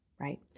right